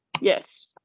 Yes